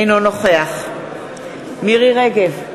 אינו נוכח מירי רגב,